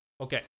Okay